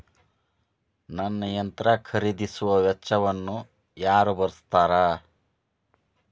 ನನ್ನ ಯಂತ್ರ ಖರೇದಿಸುವ ವೆಚ್ಚವನ್ನು ಯಾರ ಭರ್ಸತಾರ್?